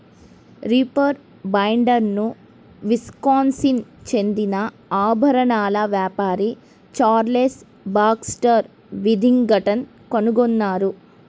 reaper బైండర్ను Wisconsin చెందిన ఆభరణాల వ్యాపారి చార్లెస్ బాక్స్టర్ విథింగ్టన్ కనుగొన్నారు